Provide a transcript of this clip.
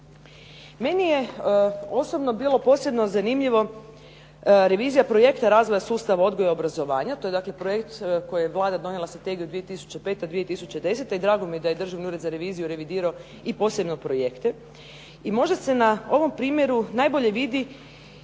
Meni je osobno bilo posebno zanimljivo revizija projekta razvoja sustava odgoja i obrazovanja. To je dakle projekt koji je Vlada donijela strategiju 2005.-2010. i drago mi je da je Državni ured za reviziju revidirao i posebno projekte. I možda se na ovom primjeru najbolje vidi